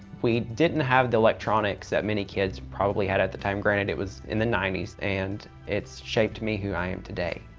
we didn't have the electronics that many kids probably had at the time. granted, it was in the ninety s and it's shaped me who i am today.